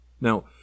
Now